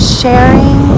sharing